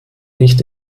nicht